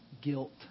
guilt